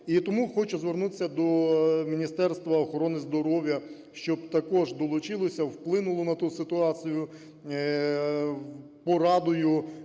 І тому хочу звернутися до Міністерства охорони здоров'я, щоб також долучилося, вплинуло на ту ситуацію порадою,